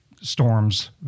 storms